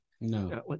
No